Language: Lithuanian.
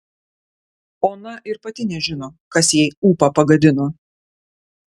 ona ir pati nežino kas jai ūpą pagadino